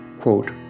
quote